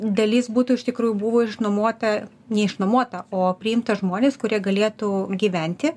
dalis būtų iš tikrųjų buvo išnuomota ne išnuomota o priimta žmonės kurie galėtų gyventi